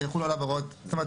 ויחולו עליו הוראות וכולי.